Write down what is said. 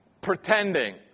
pretending